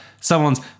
Someone's